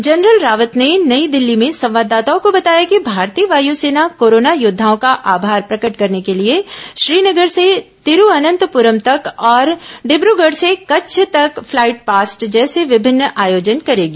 general Rawat ने नई दिल्ली में संवाददाताओं को बताया कि भारतीय वायुसेना कोरोना योद्धाओं का आभार प्रकट करने के लिए श्रीनगर से तिरुअनंतपुरम तक और डिब्रूगढ़ से कच्छ तक फ्लाई पास्ट जैसे विभिन्न आयोजन करेगी